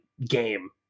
game